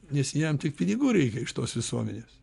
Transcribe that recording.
nes jam tik pinigų reikia iš tos visuomenės